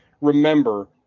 remember